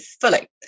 fully